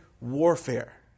warfare